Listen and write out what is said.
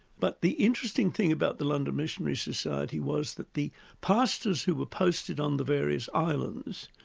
but the interesting thing about the london missionary society was that the pastors who were posted on the various islands,